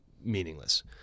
meaningless